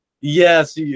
yes